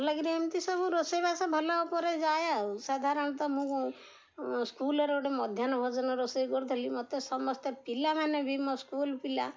ଭଲକରି ଏମିତି ସବୁ ରୋଷେଇ ବାସ ଭଲ ଉପରେ ଯାଏ ଆଉ ସାଧାରଣତଃ ମୁଁ ସ୍କୁଲ୍ର ଗୋଟେ ମଧ୍ୟାହ୍ନ ଭୋଜନ ରୋଷେଇ କରିଥିଲି ମତେ ସମସ୍ତେ ପିଲାମାନେ ବି ମୋ ସ୍କୁଲ୍ ପିଲା